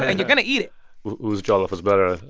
and you're going to eat it whose jollof is better.